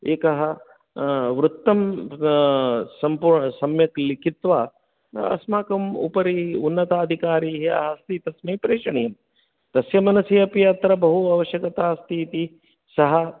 एकः वृत्तं सम्पू सम्यक् लिखित्वा अस्माकम् उपरि उन्नताधिकारी यः अस्ति तस्मै प्रेषणीयम् तस्य मनसि अपि अत्र बहु अवश्यकता अस्ति इति सः